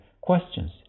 questions